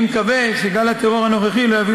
אני מקווה שגל הטרור הנוכחי לא יביא